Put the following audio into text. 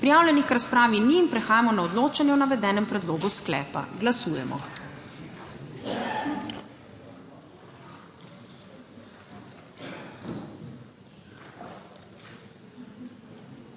Prijavljenih k razpravi ni. Prehajamo na odločanje o navedenem predlogu sklepa. Glasujemo.